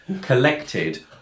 collected